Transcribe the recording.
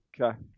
Okay